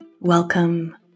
welcome